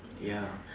ya